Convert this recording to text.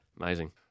amazing